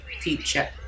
future